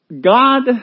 God